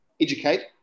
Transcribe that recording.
educate